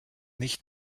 nicht